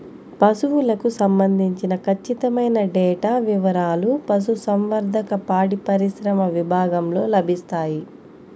పశువులకు సంబంధించిన ఖచ్చితమైన డేటా వివారాలు పశుసంవర్ధక, పాడిపరిశ్రమ విభాగంలో లభిస్తాయి